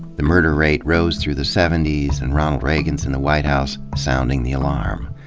the murder rate rose through the seventies and ronald reagan's in the white house sounding the alarm.